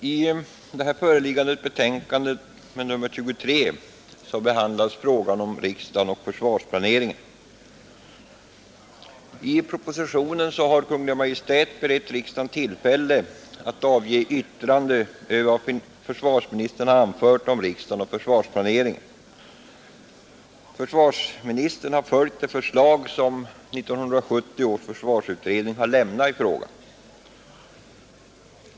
Herr talman! I det föreliggande betänkandet nr 23 från försvarsutskottet behandlas frågan om riksdagen och försvarsplaneringen. I propositionen har Kungl. Maj:t berett riksdagen tillfälle att avge yttrande över vad försvarsministern anfört om riksdagen och försvarsplaneringen. Försvarsministern har följt det förslag som 1970 års försvarsutredning avlämnat i frågan.